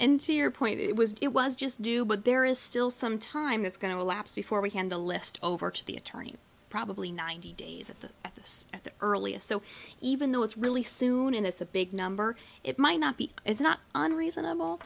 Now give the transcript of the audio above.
into your point it was it was just do but there is still some time it's going to elapse before we hand the list over to the attorney probably ninety days at the at this at the earliest so even though it's really soon and it's a big number it might not be it's not unreasonable